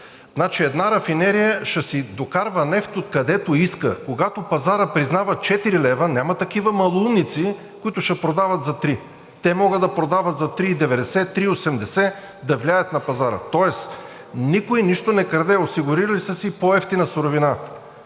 Значи, една рафинерия ще си докарва нефт откъдето иска. Когато пазарът признава четири лева, няма такива малоумници, които ще продават за три. Те могат да продават за 3,90, 3,80, да влияят на пазара. Тоест никой нищо не краде, осигурили са си по-евтина суровина.